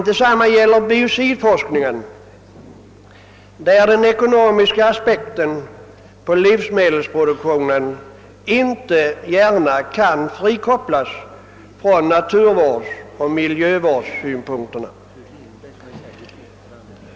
Detsamma gäller biocidforskningen, där den ekonomiska aspekten på livsmedelsproduktionen inte gärna kan frikopplas från naturvårdsoch miljövårdssynpunkterna.